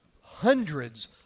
hundreds